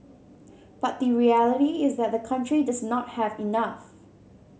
but the reality is that the country does not have enough